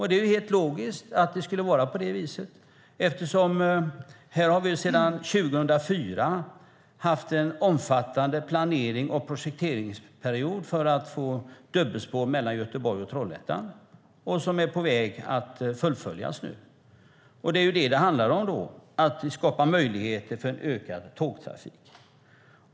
Det är helt logiskt att det skulle vara på det viset eftersom vi sedan 2004 har haft en omfattande planerings och projekteringsperiod för att få dubbelspår mellan Göteborg och Trollhättan och som nu är på väg att fullföljas. Det är det som det handlar om, att vi skapar möjligheter för en ökad tågtrafik.